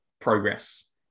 progress